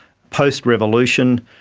post-revolution,